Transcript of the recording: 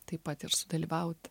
taip pat ir sudalyvaut